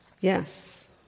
Yes